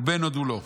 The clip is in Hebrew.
בן הודו לו.